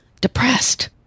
depressed